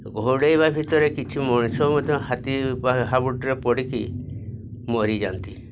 ଘୋଡ଼େଇବା ଭିତରେ କିଛି ମଣିଷ ମଧ୍ୟ ହାତୀ ହାବୁଡ଼ରେ ପଡ଼ିକି ମରିଯାଆନ୍ତି